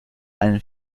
einen